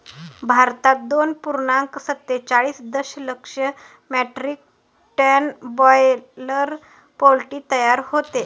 भारतात दोन पूर्णांक सत्तेचाळीस दशलक्ष मेट्रिक टन बॉयलर पोल्ट्री तयार होते